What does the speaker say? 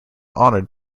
honored